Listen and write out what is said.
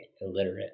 illiterate